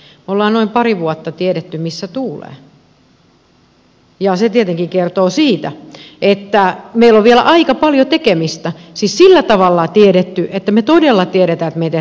me olemme noin pari vuotta tienneet missä tuulee ja se tietenkin kertoo siitä että meillä on vielä aika paljon tekemistä siis sillä tavalla tienneet että me todella tiedämme että me emme tee valekaavoja